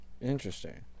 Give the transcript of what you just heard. Interesting